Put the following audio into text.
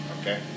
Okay